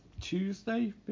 Tuesday